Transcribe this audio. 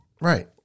Right